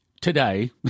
today